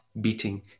beating